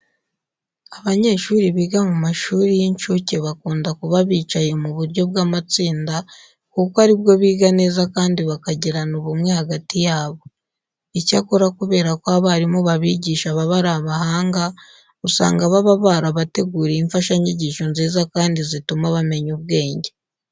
Abanyeshuri biga mu mashuri y'incuke bakunda kuba bicaye mu buryo bw'amatsinda kuko ari bwo biga neza kandi bakagirana ubumwe hagati yabo. Icyakora kubera ko abarimu babigisha baba ari abahanga usanga baba barabateguriye imfashanyigisho nziza kandi zituma bamenya ubwenge.